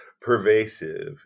pervasive